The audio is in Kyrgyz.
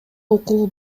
укугу